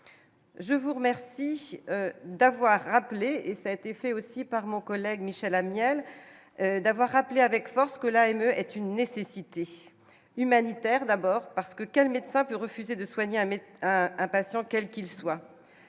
je vous remercie d'avoir rappelé et cet effet aussi par mon collègue Michel Amiel, d'avoir rappelé avec force que la haine est une nécessité humanitaire, d'abord parce que quel médecin peut refuser de soigner un patient quel qu'il soit